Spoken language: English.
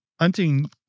hunting